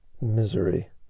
Misery